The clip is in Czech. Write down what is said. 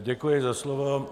Děkuji za slovo.